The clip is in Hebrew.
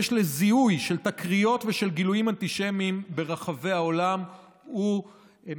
לזיהוי של תקריות ושל גילויים אנטישמיים ברחבי העולם ומאפשרת,